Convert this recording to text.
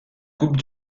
coupe